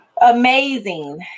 Amazing